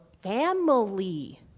family